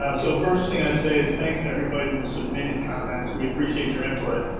ah so first thing i'd say is thanks to everybody that submitted comments. we appreciate your input.